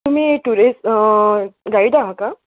तुम्ही tourist guide आहा का